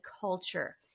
culture